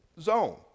zone